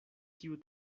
kiu